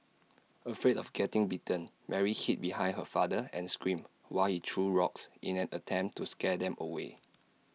afraid of getting bitten Mary hid behind her father and screamed while threw rocks in an attempt to scare them away